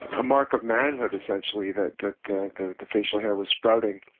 and mark of manhood essentially that the the facial hair was sprouting